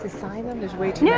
decide on there's way too yeah